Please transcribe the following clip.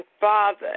Father